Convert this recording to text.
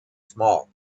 small